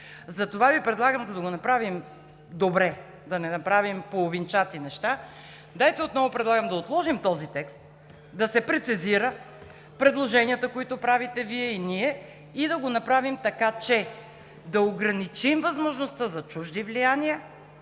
Затова Ви предлагам, за да го направим добре, да не направим половинчати неща. Предлагам отново да отложим този текст, да се прецизират предложенията, които правите – и Вие, и ние, и да го направим така, че да ограничим възможността за чужди влияния,